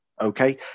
okay